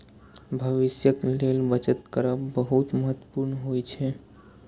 भविष्यक लेल बचत करब बहुत महत्वपूर्ण होइ छै